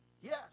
Yes